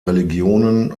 religionen